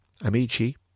Amici